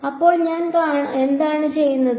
അപ്പോൾ ഞാൻ എന്താണ് ചെയ്തത്